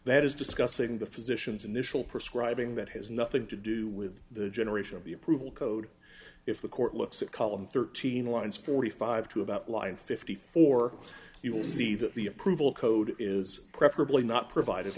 that is discussing the physician's initial prescribing that has nothing to do with the generation of the approval code if the court looks at column thirteen lines forty five to about line fifty four you will see that the approval code is preferably not provided